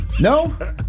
No